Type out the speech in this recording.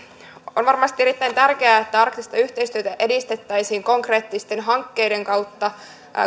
on varmasti erittäin tärkeää että arktista yhteistyötä edistettäisiin konkreettisten hankkeiden kautta